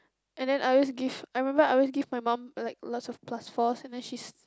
and then I always give I remember I always give my mum like lots of plus four and then she's